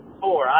four